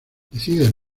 deciden